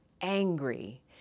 angry